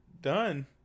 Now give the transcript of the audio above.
done